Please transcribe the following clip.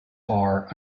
are